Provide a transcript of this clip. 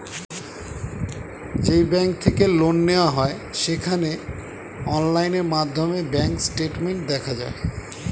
যেই ব্যাঙ্ক থেকে লোন নেওয়া হয় সেখানে অনলাইন মাধ্যমে ব্যাঙ্ক স্টেটমেন্ট দেখা যায়